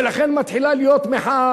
ולכן מתחילה להיות מחאה,